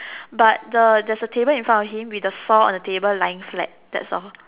but the there's a table in front of him with the saw on the table lying flat that's all